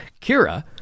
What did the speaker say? kira